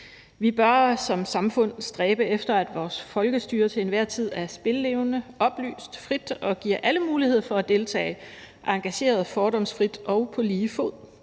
Vi bør som samfund stræbe efter, at vores folkestyre til enhver tid er spillevende, oplyst og frit og giver alle mulighed for at deltage engageret, fordomsfrit og på lige fod.